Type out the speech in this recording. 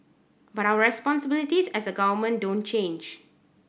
but our responsibilities as a government don't change